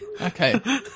Okay